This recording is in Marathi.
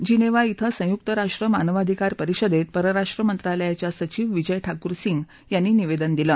जिनसी क्वें संयुक्त राष्ट्र मानवाधिकार परिषदत्त परराष्ट्र मंत्रालयाच्या सचिव विजय ठाकुर सिंग यांनी निवद्दज्ञ दिलं